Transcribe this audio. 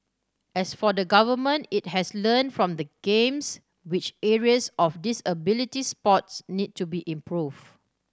as for the Government it has learnt from the Games which areas of disability sports need to be improved